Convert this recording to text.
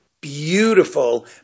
beautiful